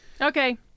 Okay